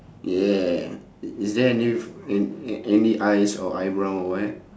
yeah i~ is there any a~ any eyes or eyebrow or what